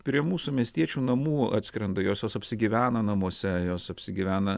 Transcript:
prie mūsų miestiečių namų atskrenda jos jos apsigyvena namuose jos apsigyvena